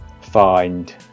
find